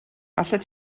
allet